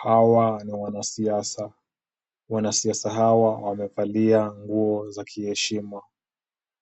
Hawa ni wanasiasa. Wanasiasa hawa wamevalia nguo za kiheshima.